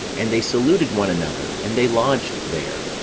and they saluted one another, and they lodged there.